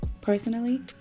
Personally